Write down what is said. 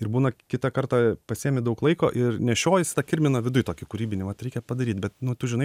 ir būna kitą kartą pasiimi daug laiko ir nešiojiesi tą kirminą viduj tokį kūrybinį vat reikia padaryt bet nu tu žinai